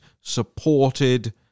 supported